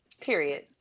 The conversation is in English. Period